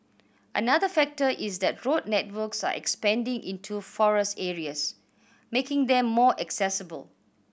another factor is that road networks are expanding into forest areas making them more accessible